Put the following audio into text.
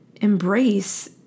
embrace